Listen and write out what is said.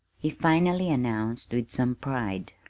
he finally announced with some pride.